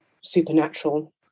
supernatural